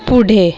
पुढे